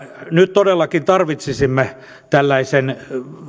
nyt todellakin tarvitsisimme tällaisen